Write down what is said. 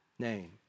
name